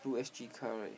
blue S_G car right